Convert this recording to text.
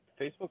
Facebook